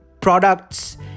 products